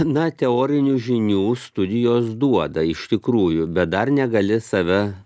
na teorinių žinių studijos duoda iš tikrųjų bet dar negali save